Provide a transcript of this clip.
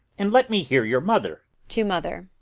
and let me hear your mother! to mother,